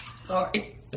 Sorry